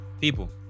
people